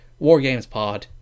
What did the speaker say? WarGamesPod